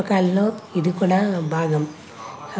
నా జ్ఞాపకాల్లో ఇది కూడా భాగం